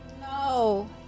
No